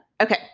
Okay